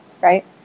right